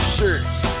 Shirts